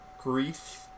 Grief